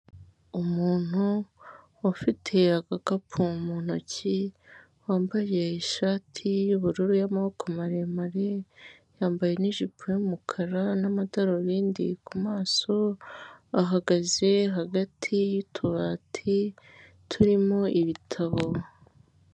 Umuntu ufite agakapu mu ntoki, wambaye ishati y'ubururu y'amaboko maremare, yambaye n'ijipo y'umukara n'amadarubindi ku maso, ahagaze hagati y'utubati turimo ibitabo.